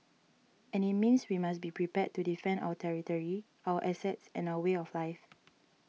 and it means we must be prepared to defend our territory our assets and our way of life